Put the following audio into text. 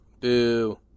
boo